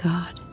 God